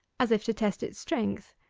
as if to test its strength,